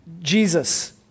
Jesus